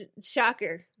Shocker